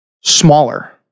Smaller